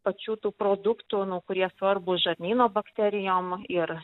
pačių tų produktų nu kurie svarbūs žarnyno bakterijom ir